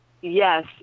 Yes